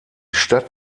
stadt